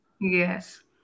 Yes